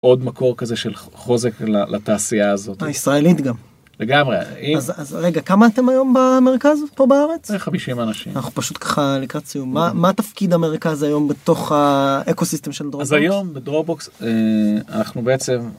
עוד מקור כזה של חוזק לתעשייה הזאת הישראלית גם לגמרי אז רגע כמה אתם היום במרכז פה בארץ 50 אנשים אנחנו פשוט ככה לקראת סיום מה מה תפקיד המרכז היום בתוך האקוסיסטם של הדברים אז היום בדרום בוקס אנחנו בעצם.